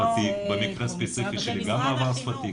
במקרה הספציפי שלי זה גם מעבר שפתי,